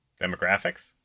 Demographics